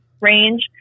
range